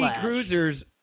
cruisers